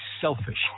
selfish